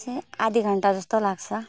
चाहिँ आधी घन्टा जस्तो लाग्छ